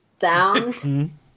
sound